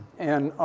and